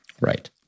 Right